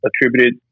attributed